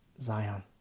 Zion